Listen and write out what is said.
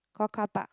got carpark